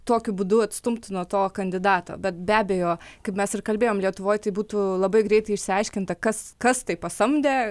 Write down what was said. tokiu būdu atstumti nuo to kandidato bet be abejo kaip mes ir kalbėjom lietuvoj tai būtų labai greitai išsiaiškinta kas kas tai pasamdė